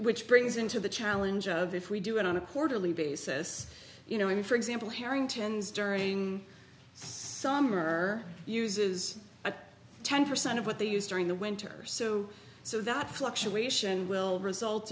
which brings into the challenge of if we do it on a quarterly basis you know i mean for example harrington's during summer uses a ten percent of what they use during the winter so so that fluctuation will result